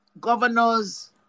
governors